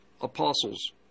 apostles